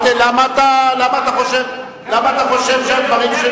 למה אתה חושב שהדברים,